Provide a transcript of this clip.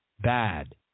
bad